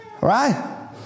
right